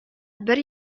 бер